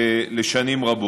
ולשנים רבות.